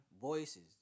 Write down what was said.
Voices